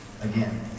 again